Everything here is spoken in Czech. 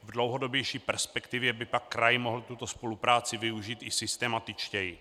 V dlouhodobější perspektivě by pak kraj mohl tuto spolupráci využít i systematičtěji.